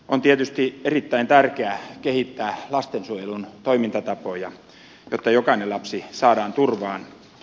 on tietysti erittäin tärkeää kehittää lastensuojelun toimintatapoja jotta jokainen lapsi saadaan turvaan